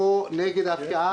אנחנו נגד הפקעה.